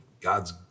God's